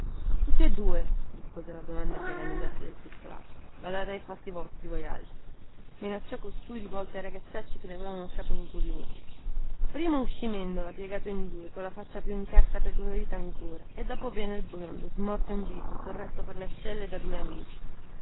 tutti e due rispose alla domanda chera negli occhi del pizzolato badate ai fatti vostri voialtri minacciò costui rivolto ai ragazzacci che levavano il capo curiosi primo uscì mendola piegato in due colla faccia più incartapecorita ancora e dopo venne il biondo smorto in viso sorretto per le ascelle da due amici